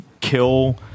Kill